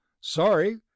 Sorry